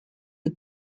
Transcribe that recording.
aux